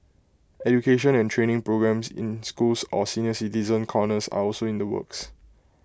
education and training programmes in schools or senior citizen corners are also in the works